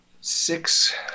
six